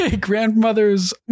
grandmother's